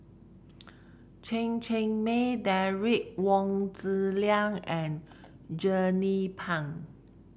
Chen Cheng Mei Derek Wong Zi Liang and Jernnine Pang